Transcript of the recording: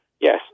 Yes